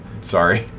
Sorry